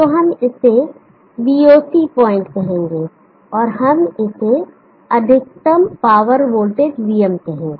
तो हम इसे voc पॉइंट कहेंगे और हम इसे अधिकतम पावर वोल्टेज vm कहेंगे